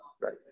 Right